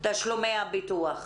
לגבי תשלומי הביטוח.